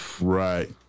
right